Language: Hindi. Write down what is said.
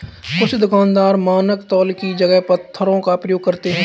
कुछ दुकानदार मानक तौल की जगह पत्थरों का प्रयोग करते हैं